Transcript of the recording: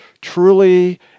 truly